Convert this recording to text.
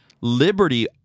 liberty